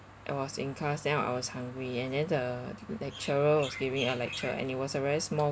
I was in class then I was hungry and then the lecturer was giving a lecture and it was a very small